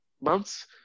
months